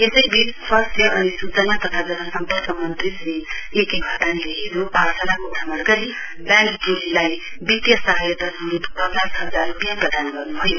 यसैवीच स्वस्थ्या अनि सूचना तथा जनसम्पर्क मन्त्री श्री एके घतनीले हिजो पाठशालाको भ्रमण गरी ब्याण्ड टोलीलाई वितीय सहायता स्वरुप पचास हजार रुपियाँ प्रदान गर्न्भयो